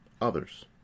others